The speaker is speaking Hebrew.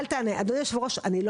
אני לא